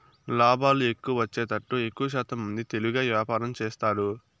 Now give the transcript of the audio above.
లాభాలు ఎక్కువ వచ్చేతట్టు ఎక్కువశాతం మంది తెలివిగా వ్యాపారం చేస్తారు